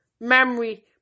memory